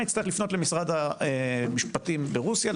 יצטרך לפנות למשרד המשפטים ברוסיה,